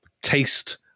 taste